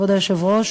כבוד היושב-ראש,